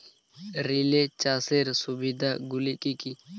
Relay চাষের সুবিধা গুলি কি কি?